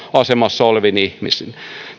asemassa oleviin ihmisiin